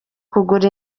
kugura